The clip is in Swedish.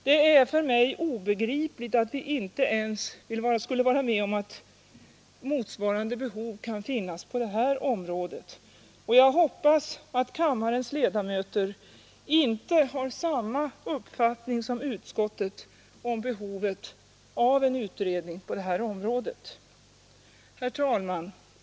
Det är för mig obegripligt att vi inte ens skulle vilja vara med om att utreda om motsvarande behov kan finnas på detta område. Jag hoppas att kammarens ledamöter inte har samma uppfattning som utskottet om behovet av en utredning på det här området. Herr talman!